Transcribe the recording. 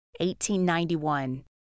1891